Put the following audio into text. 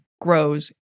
grows